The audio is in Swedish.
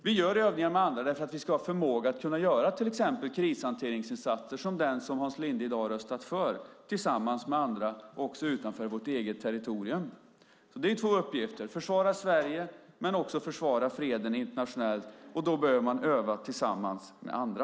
Vi gör övningar med andra därför att vi ska ha förmåga att göra till exempel krishanteringsinsatser, som den som Hans Linde i dag har röstat för, tillsammans med andra, också utanför vårt eget territorium. Det är två uppgifter, försvara Sverige och försvara också freden internationellt. Då behöver man öva tillsammans med andra.